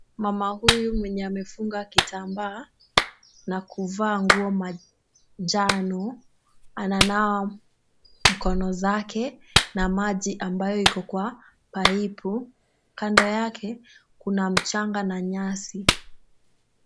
Mama huyu mwenye amefunga kitambaa na kuvaa nguo manjano ananawa mkono zake na maji ambayo iko kwa paipu. Kando yake kuna mchanga na nyasi.